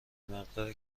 مقدار